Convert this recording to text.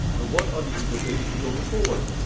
and what are the implications going forward?